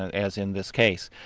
as in this case.